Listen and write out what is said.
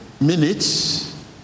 minutes